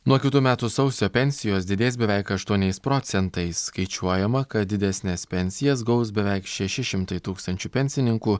nuo kitų metų sausio pensijos didės beveik aštuoniais procentais skaičiuojama kad didesnes pensijas gaus beveik šeši šimtai tūkstančių pensininkų